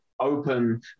open